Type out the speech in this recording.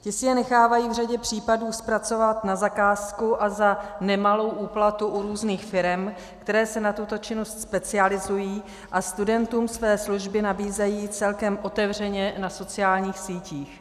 Ti si je nechávají v řadě případů zpracovat na zakázku a za nemalou úplatu u různých firem, které se na tuto činnost specializují a studentům své služby nabízejí celkem otevřeně na sociálních sítích.